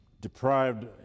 deprived